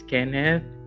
Kenneth